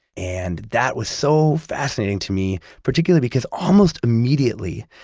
and that was so fascinating to me, particularly because almost immediately,